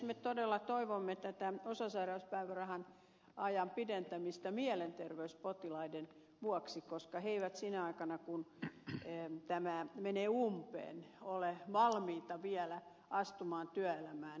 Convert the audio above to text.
me todella toivomme tämän osasairauspäivärahan ajan pidentämistä mielenterveyspotilaiden vuoksi koska he eivät sinä aikana kun tämä menee umpeen ole valmiita vielä astumaan työelämään